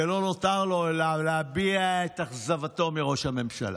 ולא נותר לו אלא להביע את אכזבתו מראש הממשלה.